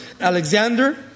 Alexander